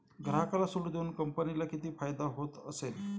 ग्राहकाला सूट देऊन कंपनीला किती नफा होत असेल